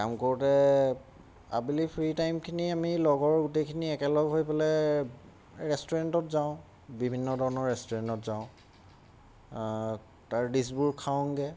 কাম কৰোঁতে আবেলি ফ্ৰী টাইমখিনি আমি লগৰ গোটেইখিনি একেলগ হৈ পেলাই ৰেষ্টুৰেণ্টত যাওঁ বিভিন্ন ধৰণৰ ৰেষ্টুৰেণ্টত যাওঁ তাৰ ডিছবোৰ খাওঁগৈ